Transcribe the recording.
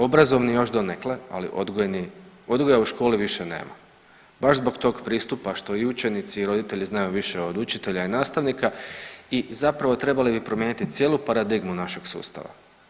Obrazovni još donekle, ali odgojni, odgoja u školi više nemamo baš zbog tog pristupa što i učenici i roditelji znaju više od učitelja i nastavnika i zapravo, trebali bi promijeniti cijelu paradigmu naše sustava.